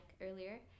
earlier